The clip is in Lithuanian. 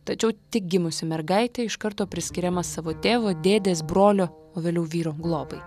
tačiau tik gimusi mergaitė iš karto priskiriama savo tėvo dėdės brolio o vėliau vyro globai